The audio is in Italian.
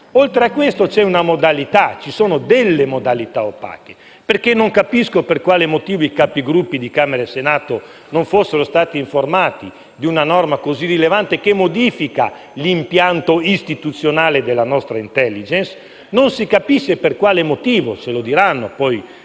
Oltre a questo, ci sono delle modalità opache, perché non capisco per quale motivo i Capigruppo di Camera e Senato non fossero stati informati di una norma così rilevante che modifica l'impianto istituzionale della nostra *intelligence* e non si capisce per quale motivo - ci diranno poi